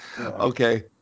Okay